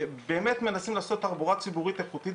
באמת מנסים לעשות תחבורה ציבורית איכותית